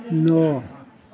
नओ